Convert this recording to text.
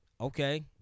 Okay